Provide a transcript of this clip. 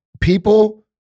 people